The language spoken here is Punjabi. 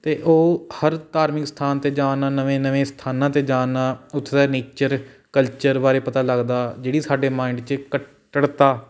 ਅਤੇ ਉਹ ਹਰ ਧਾਰਮਿਕ ਸਥਾਨ 'ਤੇ ਜਾਣ ਨਵੇਂ ਨਵੇਂ ਸਥਾਨਾਂ 'ਤੇ ਜਾਣਾ ਉੱਥੇ ਦਾ ਨੇਚਰ ਕਲਚਰ ਬਾਰੇ ਪਤਾ ਲੱਗਦਾ ਜਿਹੜੀ ਸਾਡੇ ਮਾਈਂਡ 'ਚ ਕੱਟੜਤਾ